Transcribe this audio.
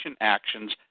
actions